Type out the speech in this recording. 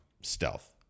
Stealth